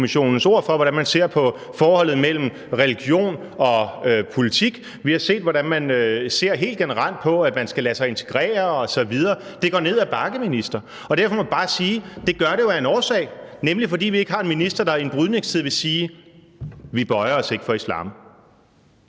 Ytringsfrihedskommissionens ord for, hvordan man ser på forholdet mellem religion og politik. Vi har set, hvordan man ser helt generelt på, at man skal lade sig integrere osv. Det går ned ad bakke, minister. Og derfor må man bare sige: Det gør det jo af en årsag, nemlig fordi vi ikke har en minister, der i en brydningstid vil sige: Vi bøjer os ikke for islam.